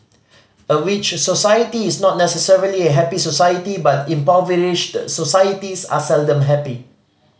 a rich society is not necessarily a happy society but impoverished societies are seldom happy